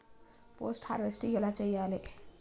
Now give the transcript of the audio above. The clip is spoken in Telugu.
పోస్ట్ హార్వెస్టింగ్ ఎలా చెయ్యాలే?